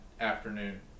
afternoon